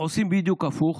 עושים בדיוק הפוך.